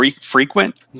frequent